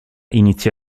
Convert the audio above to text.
iniziò